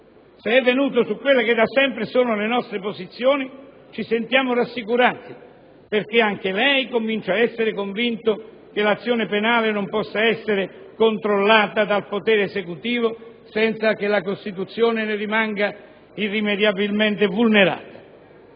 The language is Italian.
Se è venuto su quelle che da sempre sono le nostre posizioni, ci sentiamo rassicurati, perché anche lei comincia ad essere convinto che l'azione penale non possa essere controllata dal potere esecutivo senza che la Costituzione ne rimanga irrimediabilmente vulnerata.